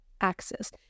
axis